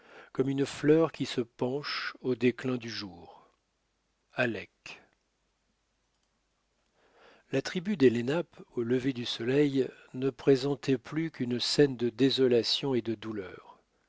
comme une fleur qui se penche au déclin du jour hallege la tribu des lenapes au lever du soleil ne présentait plus qu'une scène de désolation et de douleur